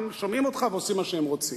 הם שומעים אותך ועושים מה שהם רוצים.